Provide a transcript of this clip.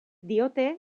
diote